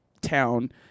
town